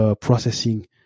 processing